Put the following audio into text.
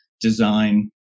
design